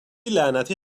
لعنتی